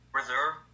reserve